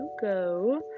go